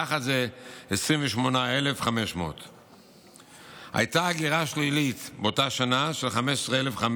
יחד זה 28,500. הייתה הגירה שלילית באותה שנה של 15,500